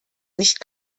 nicht